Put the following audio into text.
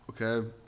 Okay